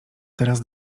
teraz